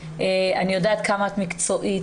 אני יודעת כמה את מקצועית.